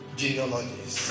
genealogies